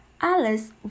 Alice